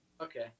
Okay